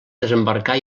desembarcar